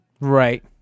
Right